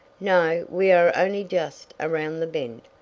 no, we are only just around the bend.